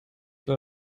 war